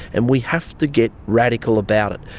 and we have to get radical about it.